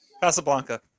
*Casablanca*